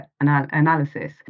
analysis